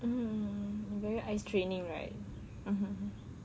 mmhmm very eyes straining right mmhmm